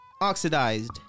oxidized